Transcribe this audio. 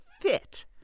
fit